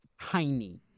tiny